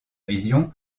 vision